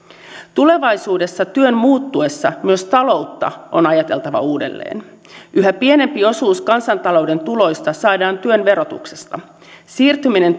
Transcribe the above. tulevaisuudessa työn muuttuessa myös taloutta on ajateltava uudelleen yhä pienempi osuus kansantalouden tuloista saadaan työn verotuksesta siirtyminen